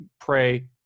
pray